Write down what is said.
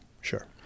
sure